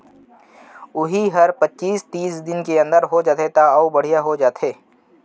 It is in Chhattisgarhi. उही हर पचीस तीस दिन के अंदर हो जाथे त अउ बड़िहा हो जाथे